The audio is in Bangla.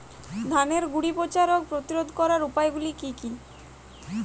ধানের গুড়ি পচা রোগ প্রতিরোধ করার উপায়গুলি কি কি?